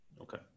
Okay